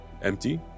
Empty